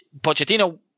Pochettino